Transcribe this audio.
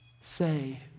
say